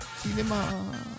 Cinema